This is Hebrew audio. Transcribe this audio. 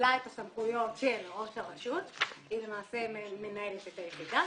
קיבלה את הסמכויות של ראש הרשות והיא למעשה מנהלת את היחידה.